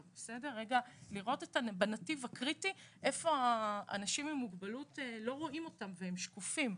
לראות בנתיב הקריטי איפה אנשים עם מוגבלות לא רואים אותם והם שקופים.